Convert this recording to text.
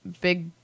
big